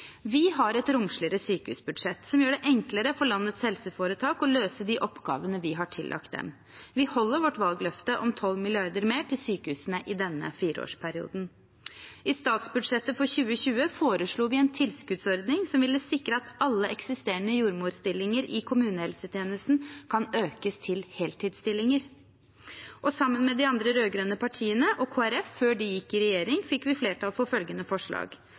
Vi har et romsligere sykehusbudsjett som gjør det enklere for landets helseforetak å løse de oppgavene vi har tillagt dem. Vi holder vårt valgløfte om 12 mrd. kr mer til sykehusene i denne fireårsperioden. I forbindelse med statsbudsjettet for 2020 foreslo vi en tilskuddsordning som ville sikre at alle eksisterende jordmorstillinger i kommunehelsetjenesten kan økes til heltidsstillinger. Sammen med de andre rød-grønne partiene og Kristelig Folkeparti, før de gikk inn i regjering, fikk vi flertall for følgende forslag: